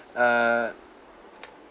err